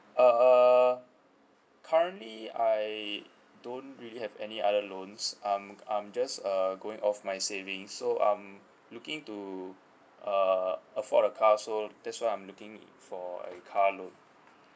err currently I don't really have any other loans I'm I'm just uh going off my savings so I'm looking to uh afford a car so that's why I'm looking for a car loan